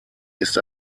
ist